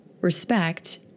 respect